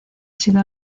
sido